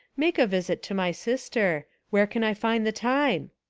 make a visit to my sister where can i find the time?